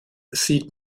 sieht